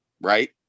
Right